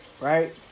right